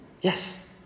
Yes